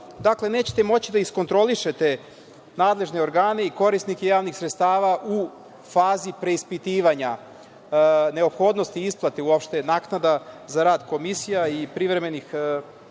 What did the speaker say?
Dakle, nećete moći da iskontrolišete nadležne organe i korisnike javnih sredstava u fazi preispitivanja neophodnosti isplate, uopšte naknada za rad komisija i privremenih radnih